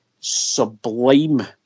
sublime